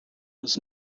was